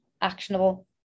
actionable